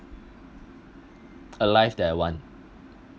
a life that I want